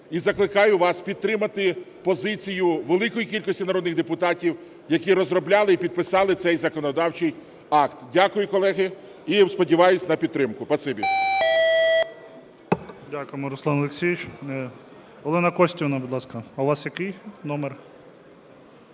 і закликаю вас підтримати позицію великої кількості народних депутатів, які розробляли і підписали цей законодавчий акт. Дякую, колеги. І сподіваюсь на підтримку. Спасибі. ГОЛОВУЮЧИЙ. Дякуємо, Руслан Олексійович. Олена Костівна, будь ласка. У вас який номер?